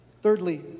Thirdly